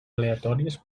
aleatòries